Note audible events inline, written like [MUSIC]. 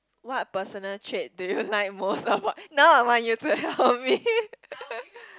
what personal trait do you like most about now I want you to help me [LAUGHS]